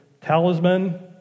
talisman